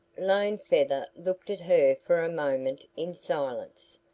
lone feather looked at her for a moment in silence.